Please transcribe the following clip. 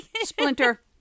Splinter